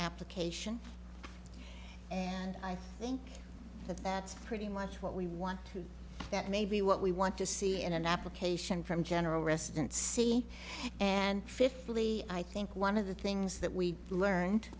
application and i think that that's pretty much what we want that may be what we want to see in an application from general resident see and fifth really i think one of the things that we learned